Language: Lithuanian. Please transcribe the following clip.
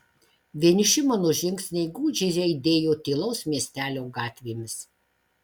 vieniši mano žingsniai gūdžiai aidėjo tylaus miestelio gatvėmis